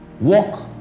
walk